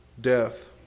death